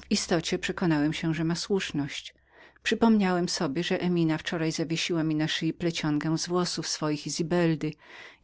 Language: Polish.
w istocie przekonałem się że miał słuszność przypomniałem sobie że emina wczoraj zawiesiła mi na szyi plecionkę z włosów swoich i zibeldy